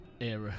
era